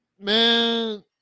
Man